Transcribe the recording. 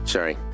Sorry